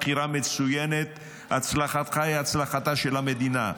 בחירה מצוינת, הצלחתך היא הצלחתה של המדינה.